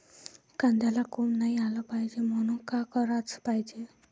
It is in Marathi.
कांद्याला कोंब नाई आलं पायजे म्हनून का कराच पायजे?